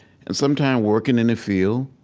and sometime working in the field,